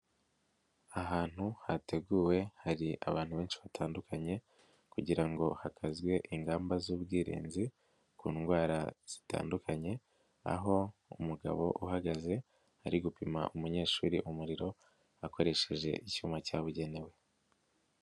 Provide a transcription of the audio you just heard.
Ahantu hateguwe hari abantu benshi batandukanye ,kugira ngo hakazwe ingamba z'ubwirinzi ku ndwara zitandukanye ,aho umugabo uhagaze ari gupima umunyeshuri umuriro, akoresheje icyuma cyabugenewe.